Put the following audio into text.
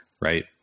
Right